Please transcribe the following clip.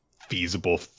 feasible